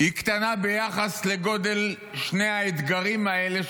היא קטנה ביחס לגודל שני האתגרים האלה,